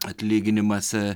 atlyginimas ee